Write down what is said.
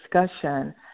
discussion